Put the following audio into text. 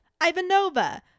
Ivanova